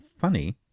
funny